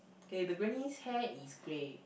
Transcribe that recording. K the granny's hair is grey